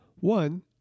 One